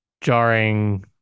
jarring